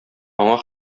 аңа